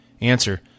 Answer